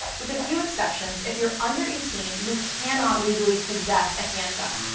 with a few exceptions, if you're under eighteen, you cannot legally possess a handgun.